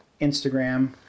Instagram